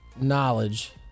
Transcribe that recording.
knowledge